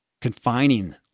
confining